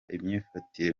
imyifatire